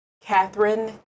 Catherine